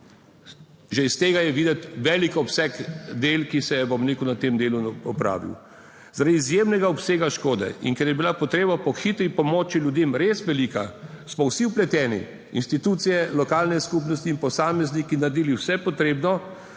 že iz tega je videti velik obseg del, ki se je, bom rekel, na tem delu opravil. Zaradi izjemnega obsega škode in ker je bila potreba po hitri pomoči ljudem res velika, smo vsi vpleteni, institucije, lokalne skupnosti in posamezniki naredili vse potrebno,